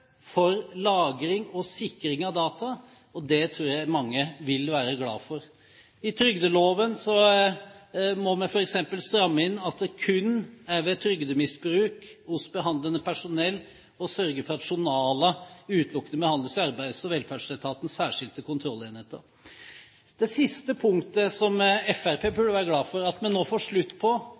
for lagring og sikring av data – og det tror jeg mange vil være glad for. I trygdeloven må vi f.eks. stramme inn at det kun gjelder ved trygdemisbruk hos behandlende personell, og sørge for at journaler utelukkende behandles i Arbeids- og velferdsetatens særskilte kontrollenheter. Det siste punktet som Fremskrittspartiet burde være glad for at vi nå får slutt på,